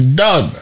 done